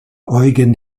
eugen